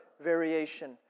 variation